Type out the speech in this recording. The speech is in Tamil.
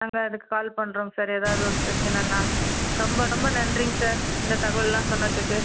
நாங்கள் அதுக்கு கால் பண்ணுறோங்க சார் ஏதாவது ஒரு பிரச்சனைன்னா ரொம்ப ரொம்ப நன்றிங்க சார் இந்த தகவலெலாம் சொன்னத்துக்கு